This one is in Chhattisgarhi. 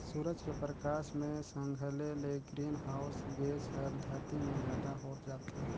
सूरज के परकास मे संघले ले ग्रीन हाऊस गेस हर धरती मे जादा होत जाथे